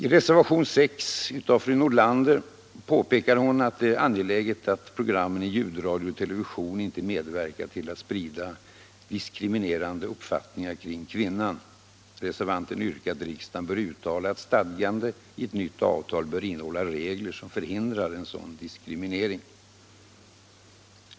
I reservationen 6 påpekar fru Nordlander att det är angeläget att programmen i ljudradio och television inte medverkar till att sprida diskriminerande uppfattningar kring kvinnan. Reservanten yrkar att riksdagen bör uttala att ett stadgande i ett nytt avtal bör innehålla regler som förhindrar sådan diskriminering.